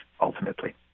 ultimately